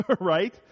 right